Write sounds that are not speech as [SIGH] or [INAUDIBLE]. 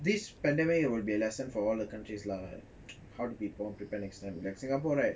this pandemic will be a lesson for all the countries lah [NOISE] how to be more prepared next time singapore right